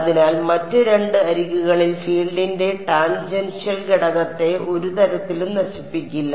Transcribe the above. അതിനാൽ മറ്റ് 2 അരികുകളിൽ ഫീൽഡിന്റെ ടാൻജെൻഷ്യൽ ഘടകത്തെ ഒരു തരത്തിലും നശിപ്പിക്കില്ല